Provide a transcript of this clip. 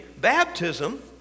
baptism